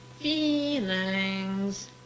Feelings